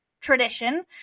tradition